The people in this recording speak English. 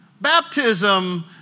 Baptism